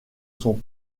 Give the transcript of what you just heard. son